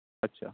اچھا